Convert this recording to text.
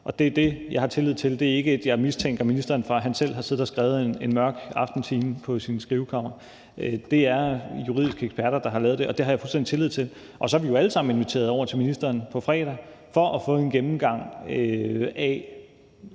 og det er det, jeg har tillid til. Jeg mistænker ikke ministeren for selv at have siddet og skrevet det i en mørk aftentime på sit skrivekammer – det er juridiske eksperter, der har lavet det, og det har jeg fuldstændig tillid til. Og så er vi jo alle sammen inviteret over til ministeren på fredag for at få en gennemgang af